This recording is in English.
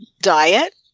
diet